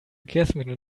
verkehrsmitteln